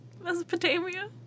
Mesopotamia